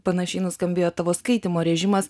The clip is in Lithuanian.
panašiai nuskambėjo tavo skaitymo režimas